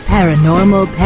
Paranormal